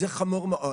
זה חמור מאוד,